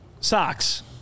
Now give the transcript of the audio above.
socks